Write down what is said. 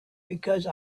because